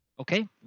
Okay